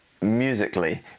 musically